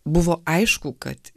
buvo aišku kad